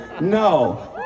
no